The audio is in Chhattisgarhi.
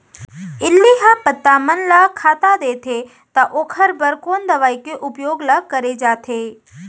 इल्ली ह पत्ता मन ला खाता देथे त ओखर बर कोन दवई के उपयोग ल करे जाथे?